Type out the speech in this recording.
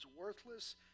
worthless